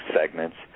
segments